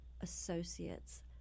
associates